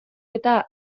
eta